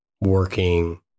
working